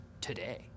today